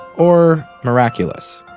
or miraculous.